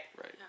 Right